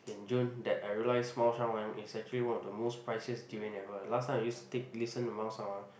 in June that I realise 猫山王:Mao-Shan-Wang is actually one of the most priciest durian every last time I used to take listen to 猫山王:Mao-Shan-Wang